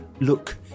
look